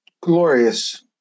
Glorious